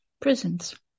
prisons